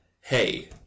Hey